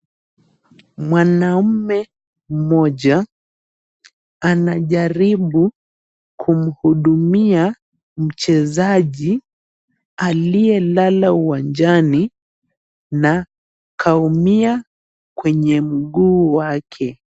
Mwanaume mmoja anajaribu kumhudumia mchezaji aliyelala uwanjani na kaumia kwenye mguu wake.